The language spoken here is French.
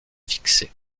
fixer